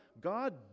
God